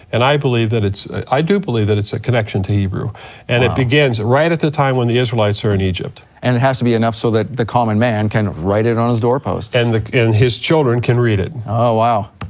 and i believe that it's, i do believe that it's a connection to hebrew and it begins right at the time when the israelites are in egypt. and it has to be enough so that the common man can write it on his doorposts. and his children can read it. oh wow,